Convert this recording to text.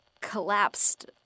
collapsed